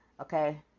Okay